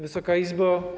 Wysoka Izbo!